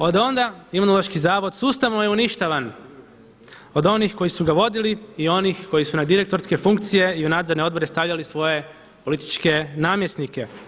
Od onda Imunološki zavod sustavno je uništavan od onih koji su ga vodili i onih koji su na direktorske funkcije i u Nadzorne funkcije stavljali svoje političke namjesnike.